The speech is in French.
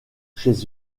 chez